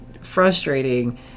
frustrating